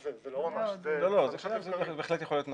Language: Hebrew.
זה לא ממש --- זה בהחלט יכול להיות נפוץ.